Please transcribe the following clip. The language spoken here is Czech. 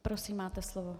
Prosím, máte slovo.